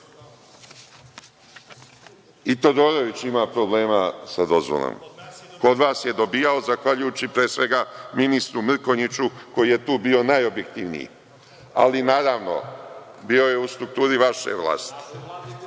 Todorović ima problema sa dozvolama. Kod vas je dobijao zahvaljujući, pre svega, ministru Mrkonjiću koji je tu bio najobjektivniji, ali naravno, bio je u strukturi vaše vlasti.